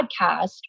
podcast